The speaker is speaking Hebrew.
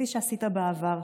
כפי שעשית בעבר.